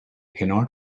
cannot